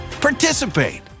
participate